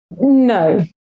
No